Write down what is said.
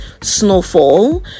Snowfall